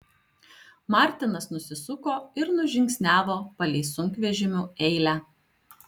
martinas nusisuko ir nužingsniavo palei sunkvežimių eilę